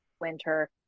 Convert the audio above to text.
winter